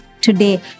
today